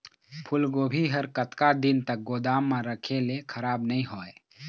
फूलगोभी हर कतका दिन तक गोदाम म रखे ले खराब नई होय?